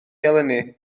eleni